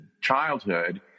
childhood